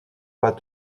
pas